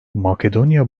makedonya